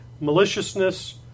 maliciousness